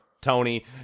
Tony